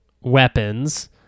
weapons